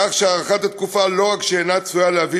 כך שהארכת התקופה לא רק שאינה עשויה להביא